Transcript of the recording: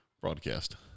...broadcast